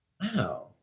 wow